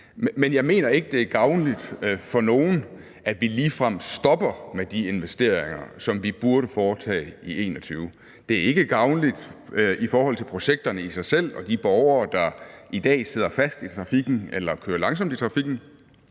Men jeg mener ikke, det er gavnligt for nogen, at vi ligefrem stopper med de investeringer, som vi burde foretage i 2021. Det er ikke gavnligt i forhold til projekterne i sig selv og de borgere, der i dag sidder fast i trafikken eller kører langsomt i trafikken,